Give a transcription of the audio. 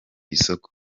isoko